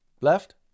Left